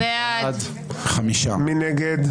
מי נגד?